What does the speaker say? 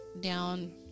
down